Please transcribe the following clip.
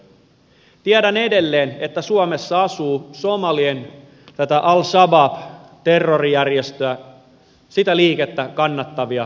tiedän edelleen että suomessa asuu somalien al shabaab terrorijärjestöä kannattavia henkilöitä